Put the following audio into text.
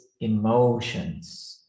emotions